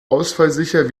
ausfallsicher